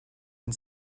and